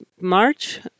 March